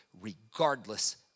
regardless